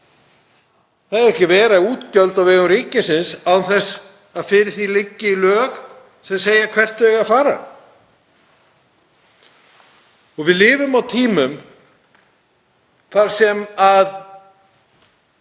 Það eiga ekki að vera útgjöld á vegum ríkisins án þess að fyrir því liggi lög sem segja hvert þau eigi að fara. Við lifum á tímum þar sem